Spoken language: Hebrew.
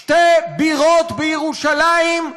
שתי בירות בירושלים,